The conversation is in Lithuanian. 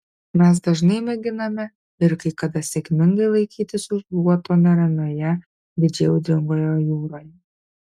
mes dažnas mėginame ir kai kada sėkmingai laikytis už luoto neramioje didžiai audringoje jūroje